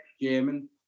German